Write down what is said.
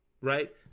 right